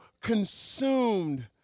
consumed